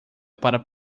para